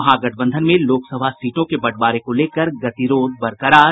महागठबंधन में लोकसभा सीटों के बंटवारे को लेकर गतिरोध बरकरार